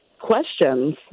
questions